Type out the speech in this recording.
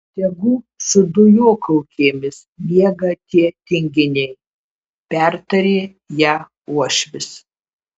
tegu su dujokaukėmis miega tie tinginiai pertarė ją uošvis